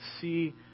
see